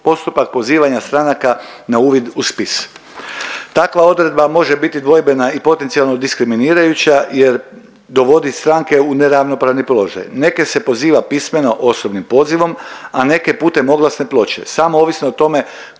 postupak pozivanja stranaka na uvid u spis. Takva odredba može biti dvojbena i potencijalno diskriminirajuća jer dovodi stranke u neravnopravni položaj. Neke se poziva pismeno osobnim pozivom, a neke putem oglasne ploče samo ovisno o tome